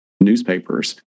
Newspapers